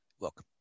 Look